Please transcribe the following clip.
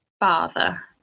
father